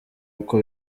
uko